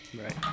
Right